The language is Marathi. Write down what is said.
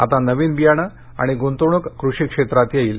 आता नवीन बियाणे आणि गूंतवणूक कृषी क्षेत्रात येईल